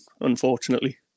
Unfortunately